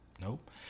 nope